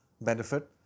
benefit